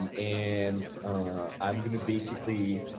and and i'm gonna basically,